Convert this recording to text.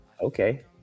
Okay